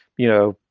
you know.